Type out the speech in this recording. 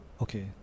okay